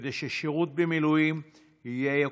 כדי ששירות במילואים יהיה יוקרתי.